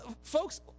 folks